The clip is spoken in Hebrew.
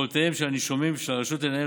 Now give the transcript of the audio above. יכולותיהם של הנישומים ושל הרשות לנהל